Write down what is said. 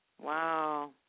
Wow